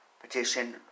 petition